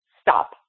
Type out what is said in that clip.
Stop